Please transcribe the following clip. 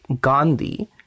Gandhi